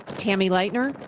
tammy leitner,